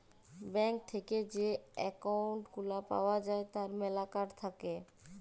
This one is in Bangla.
ব্যাঙ্ক থেক্যে যে একউন্ট গুলা পাওয়া যায় তার ম্যালা কার্ড থাক্যে